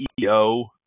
CEO